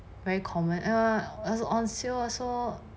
very common err was on sale so